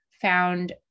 found